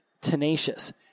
tenacious